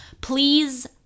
Please